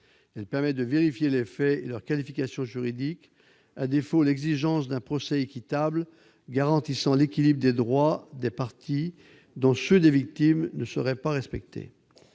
Elle permet de vérifier les faits et leur qualification juridique. À défaut, l'exigence d'un procès équitable garantissant l'équilibre des droits des parties, dont ceux des victimes, ne serait pas respectée.